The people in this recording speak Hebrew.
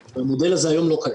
המודל הזה היום לא קיים.